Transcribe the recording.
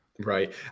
Right